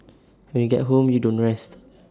when you get home you don't rest